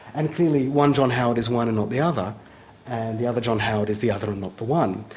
and clearly one john howard is one and not the other and the other john howard is the other and not the one.